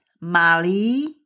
Mali